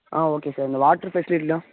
ஆ okay sir இந்த water ஃபெசிலிட்டியெல்லாம்